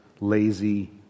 lazy